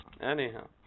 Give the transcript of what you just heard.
Anyhow